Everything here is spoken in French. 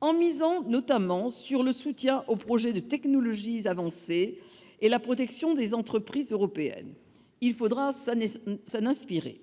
en misant notamment sur le soutien aux projets de technologies avancées et la protection des entreprises européennes. Il faudra s'en inspirer.